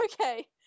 Okay